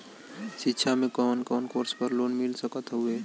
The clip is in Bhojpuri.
शिक्षा मे कवन कवन कोर्स पर लोन मिल सकत हउवे?